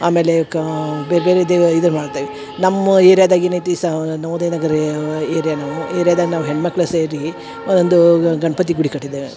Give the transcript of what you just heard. ಆಮೇಲೆ ಕಾ ಬೇರೆ ಬೇರೆ ದೇವ ಇದನ್ನ ಮಾಡ್ತೇವಿ ನಮ್ಮ ಏರ್ಯದಾಗ ಏನೈತಿ ಸ ನವೋದಯ ನಗರಿ ಅವ ಏರ್ಯಾ ನಾವು ಏರ್ಯದಾಗ ನಾವು ಹೆಣ್ಮಕ್ಕಳೇ ಸೇರಿ ಒಂದು ಗಣಪತಿ ಗುಡಿ ಕಟ್ಟಿದ್ದೇವೆ